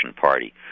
party